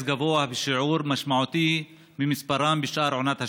גבוה בשיעור משמעותי ממספר הילדים שנפגעים בשאר עונות השנה.